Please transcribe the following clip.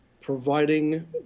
providing